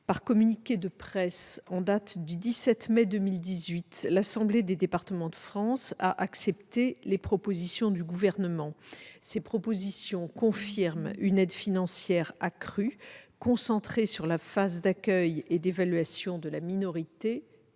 Par communiqué de presse en date du 17 mai 2018, l'Assemblée des départements de France a accepté les propositions du Gouvernement, lesquelles confirment une aide financière accrue, concentrée sur la phase d'accueil et d'évaluation de la minorité